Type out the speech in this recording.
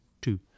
Two